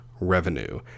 revenue